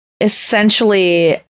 essentially